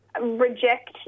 reject